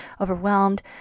overwhelmed